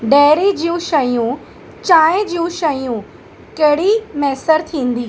dairy जूं शयूं चांहि जूं शयूं कहिड़ी मुयसरु थींदी